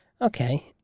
Okay